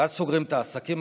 ואז סוגרים את העסקים,